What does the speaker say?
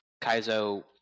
Kaizo